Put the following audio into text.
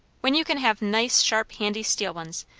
when you can have nice, sharp, handy steel ones,